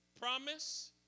Promise